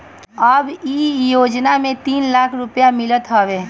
अब इ योजना में तीन लाख के रुपिया मिलत हवे